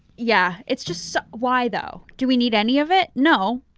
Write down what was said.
yeah, it's just why though? do we need any of it? no,